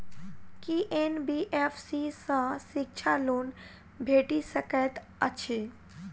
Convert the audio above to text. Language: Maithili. की एन.बी.एफ.सी सँ शिक्षा लोन भेटि सकैत अछि?